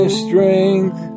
strength